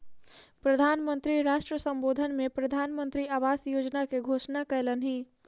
प्रधान मंत्री राष्ट्र सम्बोधन में प्रधानमंत्री आवास योजना के घोषणा कयलह्नि